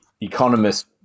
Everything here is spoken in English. economist